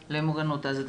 למוגנות.